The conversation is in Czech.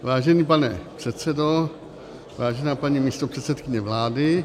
Vážený pane předsedo, vážená paní místopředsedkyně vlády